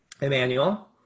Emmanuel